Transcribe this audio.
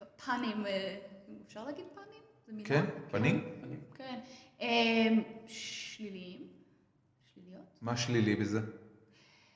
פנים, אפשר להגיד פנים, זו מילה? כן, פנים, פנים, כן, שליליים? שליליות? מה שלילי בזה?